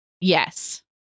yes